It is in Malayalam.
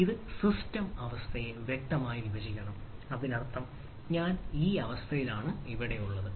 ഇത് സിസ്റ്റം അവസ്ഥയെ വ്യക്തമായി വിഭജിക്കണം അതിനർത്ഥം ഞാൻ ഈ അവസ്ഥയിലാണ് അവിടെയുള്ളത്